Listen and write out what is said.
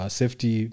safety